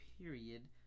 period